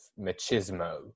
machismo